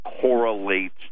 correlates